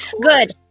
good